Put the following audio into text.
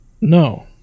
no